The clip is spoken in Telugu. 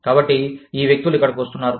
కాబట్టి ఈ వ్యక్తులు ఇక్కడకు వస్తున్నారు